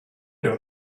know